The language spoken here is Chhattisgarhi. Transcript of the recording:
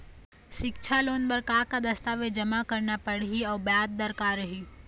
सिक्छा लोन बार का का दस्तावेज जमा करना पढ़ही अउ ब्याज दर का रही?